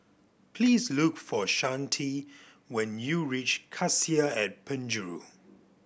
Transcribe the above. please look for Shante when you reach Cassia at Penjuru